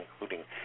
including